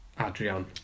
Adrian